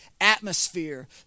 atmosphere